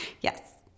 Yes